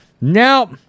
Now